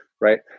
right